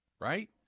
right